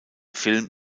film